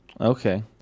Okay